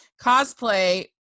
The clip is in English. cosplay